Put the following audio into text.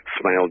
Smile